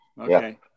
okay